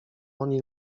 oni